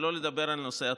שלא לדבר על נושא התפוצות.